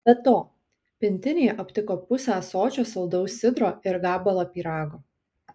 be to pintinėje aptiko pusę ąsočio saldaus sidro ir gabalą pyrago